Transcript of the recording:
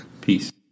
Peace